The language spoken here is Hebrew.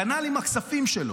כנ"ל עם הכספים שלו,